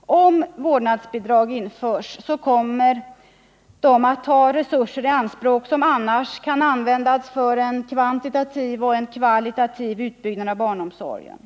Om vårdnadsbidrag införs kommer dessa att ta resurser i anspråk som annars skulle kunna användas för en kvantitativ och kvalitativ utbyggnad av barnomsorgen.